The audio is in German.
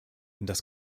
das